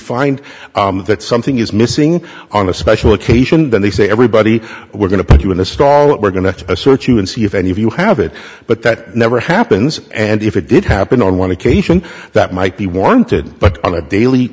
find that something is missing on a special occasion then they say everybody we're going to put you in a stall and we're going to assert you and see if any of you have it but that never happens and if it did happen on one occasion that might be warranted but on a daily